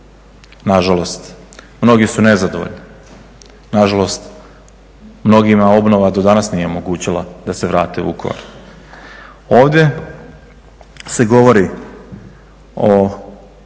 Nažalost, mnogi su nezadovoljni. Nažalost, mnogima obnova do danas nije omogućila da se vrate u Vukovar. Ovdje se govori o